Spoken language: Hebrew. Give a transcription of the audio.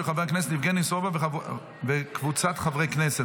של חבר הכנסת יבגני סובה וקבוצת חברי הכנסת.